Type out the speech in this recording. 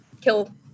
kill